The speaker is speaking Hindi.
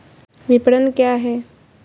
विपणन क्या है?